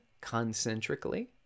concentrically